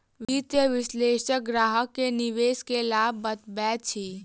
वित्तीय विशेलषक ग्राहक के निवेश के लाभ बतबैत अछि